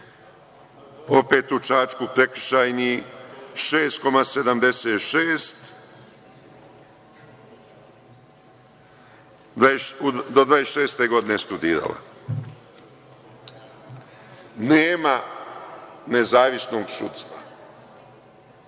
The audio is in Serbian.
Opet u Čačku Prekršajni 6,76 do 26 godine studirala. Nema nezavisnog sudstva